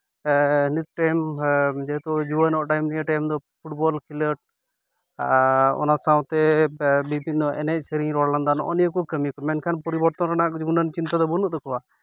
ᱱᱤᱛ ᱴᱟᱭᱤᱢ ᱡᱮᱦᱮᱛᱩ ᱡᱩᱣᱟᱹᱱᱚᱜ ᱴᱟᱭᱤᱢ ᱱᱤᱭᱟᱹ ᱴᱟᱭᱤᱢ ᱫᱚ ᱯᱷᱩᱴᱵᱚᱞ ᱠᱷᱮᱞᱚᱸᱰ ᱟᱨ ᱚᱱᱟ ᱥᱟᱶᱛᱮ ᱵᱤᱵᱷᱤᱱᱱᱚ ᱮᱱᱮᱡ ᱥᱮᱨᱮᱧ ᱨᱚᱲ ᱞᱟᱸᱫᱟ ᱱᱚᱜᱼᱚ ᱱᱤᱭᱟᱹ ᱠᱚ ᱠᱟᱹᱢᱤ ᱠᱟᱱᱟ ᱢᱮᱱᱠᱷᱟᱱ ᱯᱚᱨᱤᱵᱚᱨᱛᱚᱱ ᱨᱮᱱᱟᱜ ᱜᱩᱱᱟᱹᱱ ᱪᱤᱱᱛᱟᱹ ᱫᱚ ᱵᱟᱹᱱᱩᱜ ᱛᱟᱠᱚᱣᱟ